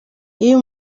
iyo